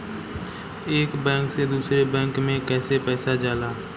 एक बैंक से दूसरे बैंक में कैसे पैसा जाला?